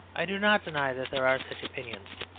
i do not deny that there are such opinions.